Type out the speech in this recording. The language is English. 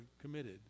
committed